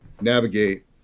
navigate